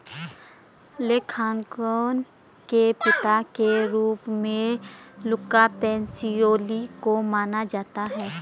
लेखांकन के पिता के रूप में लुका पैसिओली को माना जाता है